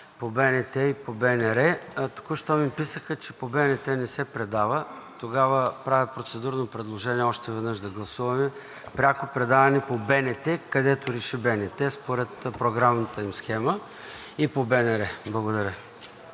по БНТ и по БНР, а току-що ми писаха, че по БНТ не се предава. Тогава правя процедурно предложение още веднъж да гласуваме пряко предаване по БНТ, където реши БНТ, според програмната им схема, и по БНР. Благодаря.